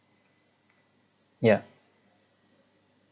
yeah